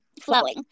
flowing